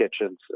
kitchens